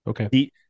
Okay